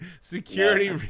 security